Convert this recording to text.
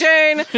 Jane